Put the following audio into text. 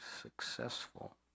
successful